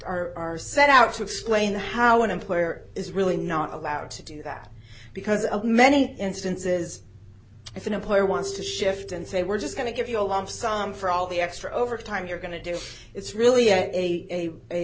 are are set out to explain how an employer is really not allowed to do that because of many instances if an employer wants to shift and say we're just going to give you a lump sum for all the extra overtime you're going to do it's really a a